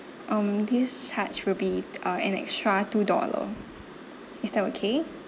um this charge will be uh an extra two dollar is that okay